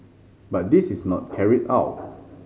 but this is not carried out